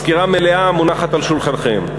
סקירה מלאה מונחת על שולחנכם.